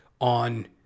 on